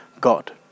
God